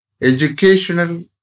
educational